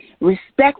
respect